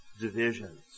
divisions